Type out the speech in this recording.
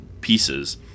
pieces